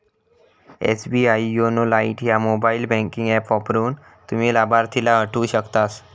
SBI YONO Lite ह्या mobile banking app वापरून, तुम्ही लाभार्थीला हटवू शकतास